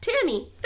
tammy